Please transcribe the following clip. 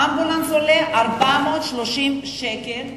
אמבולנס עולה 430 שקל,